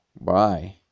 bye